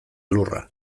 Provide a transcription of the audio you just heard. lurra